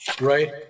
Right